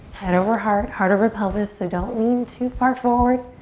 head over heart, heart over pelvis, so don't lean too far forward.